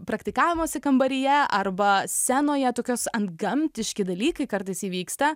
praktikavimosi kambaryje arba scenoje tokios antgamtiški dalykai kartais įvyksta